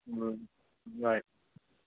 bye